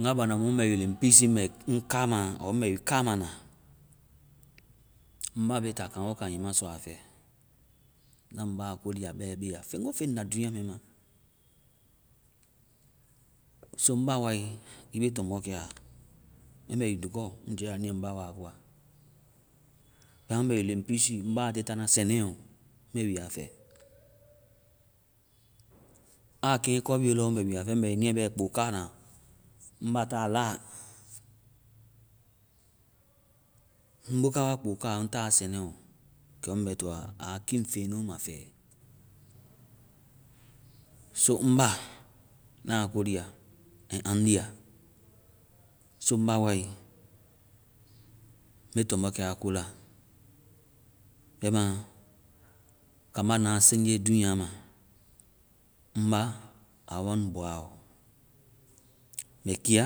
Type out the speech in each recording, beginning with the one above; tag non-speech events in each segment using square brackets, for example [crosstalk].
nga, banda mu ŋ bɛ wi leŋpiisi ŋ kaama ɔɔ ŋ bɛ wi kaama na, ŋ ba be ta kaŋgokaŋ hiŋi ma sɔ a fɛ. Na ŋ ba a ko lia bɛ a bea feŋgofeŋ la dunya mɛ ma. so ŋ ba wae, mbe tɔmbɔ kɛa. Ŋ bɛ wi dukɔ, ŋ jɛya niiɛ ŋ ba wa koa. Táai mu ŋ bɛ leŋpiisi, ŋ ba a tiie ta na sɛŋnɛɔ, me [unintelligible] wi a fɛ. Aa kɛŋ kobiie lɔ ŋ bɛ kɛ mɛ wi niiɛ kpo ka na. Ŋ ba taa la. Ŋ bokawa kpokaa ŋ ta sɛŋnɛɔ kɛ mu mbɛ toa kiifeŋnu ma fɛ. so ŋ ba, na ko lia and aŋ lia. so ŋ ba, me tɔmbɔkɛ a ko la. Bɛma kaamba na a seŋje duyna ma. Ŋ ba, a waŋ bɔaɔ. Mbɛ kia,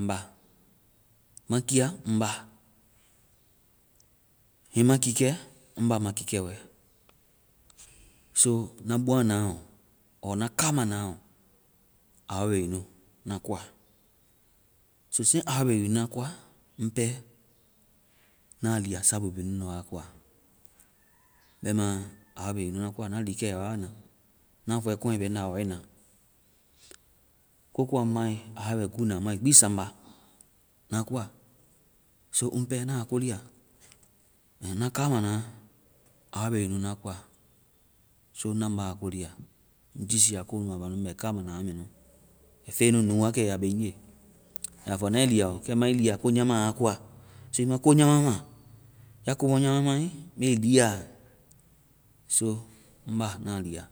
ŋ ba. Ma kia, ŋ ba. hiŋi ma kikɛ, ŋ ba ma kikɛ wɛ. so [unintelligible] ɔɔ na kama na ɔ, aa wa bɛ wi nu na koa. so since aa wa bɛ wi nu na koa, ŋ pɛ na lia sabu bi nu nu wa koa. Bɛma aa wa bɛ wi nu na koa. Na liikɛa, a wa mu. Na fɔe kɔɛŋ bɛ nda, a wae na. Ko gbi a ŋ mae, aa wa bɛ uuna. Aa mai gbi sambaa na koa. so ŋ pɛɛ ŋna ko lia. Komu na kaama na, aa wa bɛ wi nu na koa. so na ŋ ba a ko lia. Ŋ giisia komu nunu ma mɛ kaama na, a mɛ nu. Ai feŋnu nuu wakɛ a ya be ŋji. Aa ya fɔ, na ii lia o. Kɛ ma ii lia ko nyama wa koa. so ii ma ko nyama ma. ya ko nyama mae, mbe ii lia. so ŋ ba, ŋna a lia.